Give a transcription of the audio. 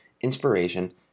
inspiration